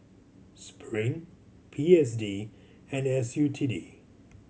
Spring P S D and S U T D